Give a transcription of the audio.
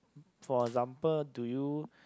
for example do you